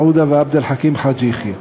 איימן עודה ועבד אל חכים חאג' יחיא.